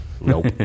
Nope